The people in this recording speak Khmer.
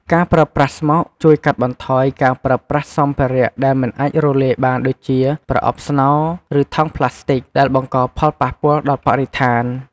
ការប្រើប្រាស់ស្មុកជួយកាត់បន្ថយការប្រើប្រាស់សម្ភារៈដែលមិនអាចរលាយបានដូចជា ប្រអប់ស្នោ ឬថង់ប្លាស្ទិក ដែលបង្កផលប៉ះពាល់ដល់បរិស្ថាន។